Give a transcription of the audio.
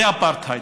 זה אפרטהייד.